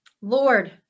Lord